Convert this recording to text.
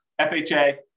FHA